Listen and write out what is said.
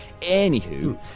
anywho